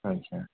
ଆଚ୍ଛା